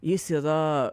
jis yra